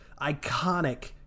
iconic